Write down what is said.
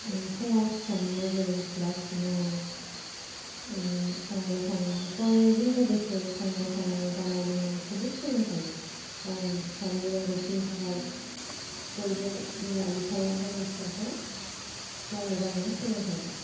फुङाव सिखारनानै जेरै सिला सिबनाय संनाय खावनाय फरायनायजों लोगोसे संनाय खावनाय दानाय लुनायखौबो फोरोंफायो गावनि फिसानि रोंग'थिनि थाखाय बयबो बिमा बिफाया गावनि फिसाखौ मावनो दांनो फोरोंखायो